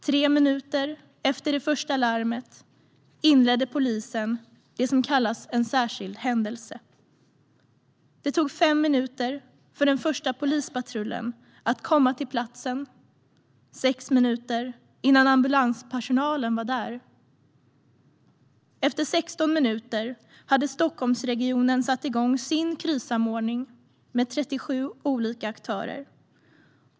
3 minuter efter det första larmet inledde polisen det som kallas en särskild händelse. Det tog 5 minuter för den första polispatrullen att komma till platsen. Det tog 6 minuter innan ambulanspersonalen var där. Efter 16 minuter hade Stockholmsregionen satt igång sin krissamordning med 37 olika aktörer.